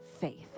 faith